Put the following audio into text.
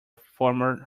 former